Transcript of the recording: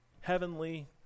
heavenly